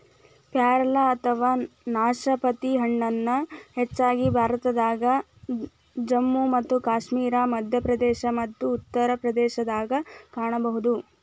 ಪ್ಯಾರಲ ಅಥವಾ ನಾಶಪತಿ ಹಣ್ಣನ್ನ ಹೆಚ್ಚಾಗಿ ಭಾರತದಾಗ, ಜಮ್ಮು ಮತ್ತು ಕಾಶ್ಮೇರ, ಮಧ್ಯಪ್ರದೇಶ ಮತ್ತ ಉತ್ತರ ಪ್ರದೇಶದಾಗ ಕಾಣಬಹುದು